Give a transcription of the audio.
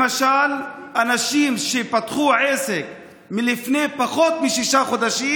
למשל אנשים שפתחו עסק לפני פחות משישה חודשים,